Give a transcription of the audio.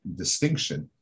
distinction